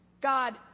God